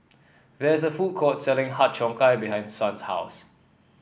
there is a food court selling Har Cheong Gai behind Son's house